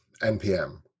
NPM